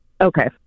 Okay